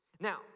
Now